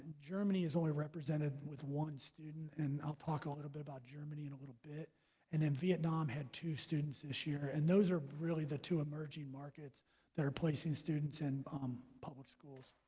germany is only represented with one student and i'll talk a little bit about germany in a little bit and then vietnam had two students this year and those are really the two emerging markets that are placing students in and um public schools